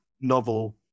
novel